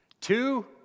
Two